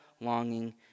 longing